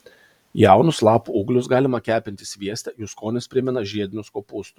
jaunus lapų ūglius galima kepinti svieste jų skonis primena žiedinius kopūstus